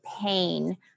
pain